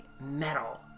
metal